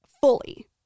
fully